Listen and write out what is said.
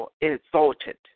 exalted